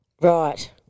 Right